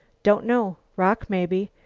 don't know. rock maybe.